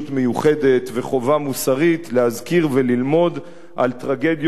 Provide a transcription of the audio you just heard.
וחובה מוסרית להזכיר וללמוד על טרגדיות אנושיות,